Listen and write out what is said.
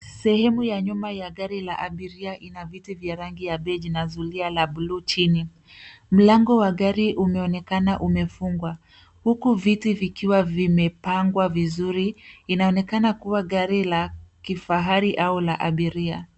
Sehemu ya nyuma ya gari la abiria ina viti vya rangi ya beige na zulia la blue chini. Mlango wa gari umeonekana umefungwa huku viti vikiwa vimepangwa vizuri. Inaonekana kuwa gari la kifahari au la abiria.